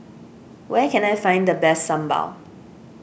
where can I find the best Sambal